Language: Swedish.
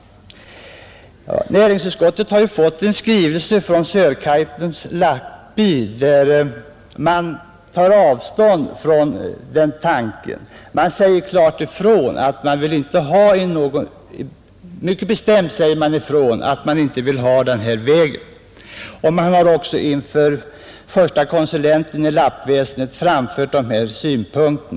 Näringsutskottet har mottagit en skrivelse från Sörkaitums lappby i vilken man tar avstånd från vägplanerna och säger ifrån mycket bestämt att man inte vill veta av vägen. Samerna har också inför förste konsulenten i lappväsendet anfört samma synpunkter.